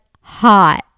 hot